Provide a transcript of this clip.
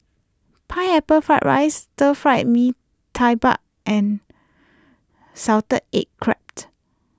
Pineapple Fried Rice Stir Fry Mee Tai Mak and Salted Egg Crab